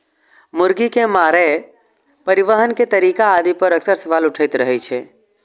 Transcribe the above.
मुर्गी के मारै, परिवहन के तरीका आदि पर अक्सर सवाल उठैत रहै छै